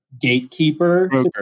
gatekeeper